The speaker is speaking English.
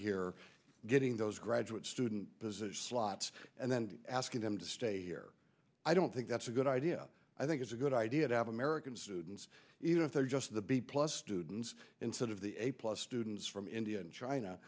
here getting those graduate student position slots and then asking them to stay here i don't think that's a good idea i think it's a good idea to have american students even if they're just the b plus students instead of the a plus students from india and china